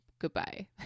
Goodbye